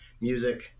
music